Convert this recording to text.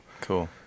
Cool